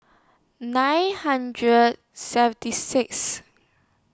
nine hundred seventy Sixth